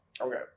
okay